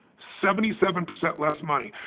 seventy seven percent less money.